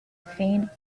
faint